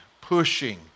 pushing